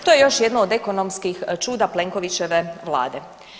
To je još jedno od ekonomskih čuda Plenkovićeve Vlade.